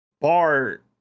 bar